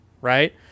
right